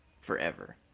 forever